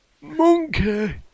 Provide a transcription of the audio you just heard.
Monkey